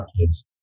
kids